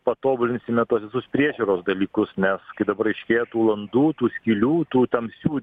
patobulinsime tuos visus priežiūros dalykus nes kaip dabar aiškėja tų landų tų skylių tų tamsių